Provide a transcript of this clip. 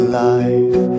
life